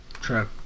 true